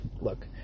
look